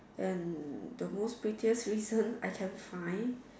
then the most pettiest reason I can find